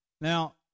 Now